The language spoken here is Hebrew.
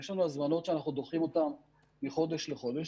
יש לנו הזמנות שאנחנו דוחים אותן מחודש לחודש.